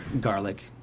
garlic